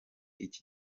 iki